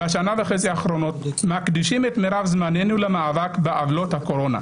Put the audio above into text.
בשנה וחצי האחרונות מקדישים את מירב זמננו למאבק בעוולות הקורונה.